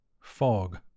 fog